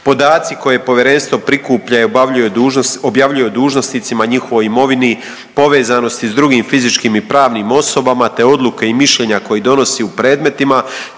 Podaci koje povjerenstvo prikuplja i objavljuje o dužnosnicima, njihovoj imovini, povezanosti sa drugim fizičkim i pravnim osobama, te odluke i mišljenja koji donosi u predmetima